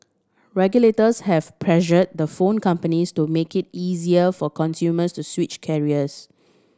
regulators have pressure the phone companies to make it easier for consumers to switch carriers